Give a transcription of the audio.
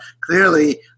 clearly